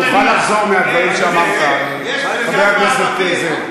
תוכל לחזור מהדברים שאמרת, חבר הכנסת זאב.